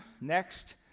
Next